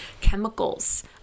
chemicals